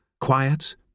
quiet